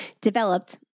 Developed